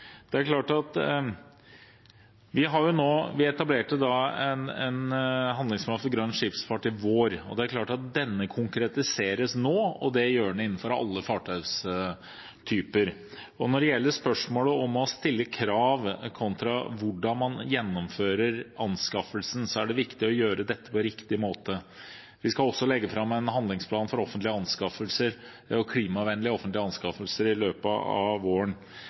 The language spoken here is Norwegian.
Vi etablerte en handlingsplan for grønn skipsfart i vår. Det er klart at denne konkretiseres nå, og det gjør den innenfor alle fartøystyper. Når det gjelder spørsmålet om å stille krav kontra hvordan man gjennomfører anskaffelsen, er det viktig å gjøre dette på riktig måte. Vi skal også legge fram en handlingsplan for offentlige anskaffelser – klimavennlige offentlige anskaffelser – i løpet av våren,